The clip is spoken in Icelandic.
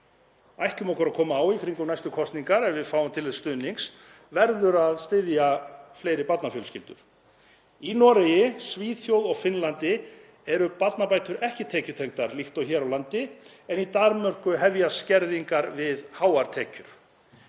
ætlum okkur að koma á í kringum næstu kosningar ef við fáum til þess stuðning, verður að styðja fleiri barnafjölskyldur. Í Noregi, Svíþjóð og Finnlandi eru barnabætur ekki tekjutengdar líkt og hér á landi en í Danmörku hefjast skerðingar við háar tekjur.